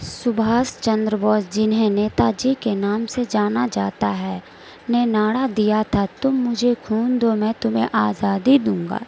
شبھاس چندر بوس جنہیں نیتا جی کے نام سے جانا جاتا ہے نے نعرہ دیا تھا تم مجھے خون دو میں تمہیں آزادی دوں گا